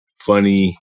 Funny